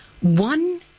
one